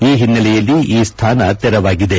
ಈ ಹಿನ್ನೆಲೆಯಲ್ಲಿ ಈ ಸ್ಥಾನ ತೆರವಾಗಿದೆ